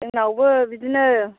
जोंनावबो बिदिनो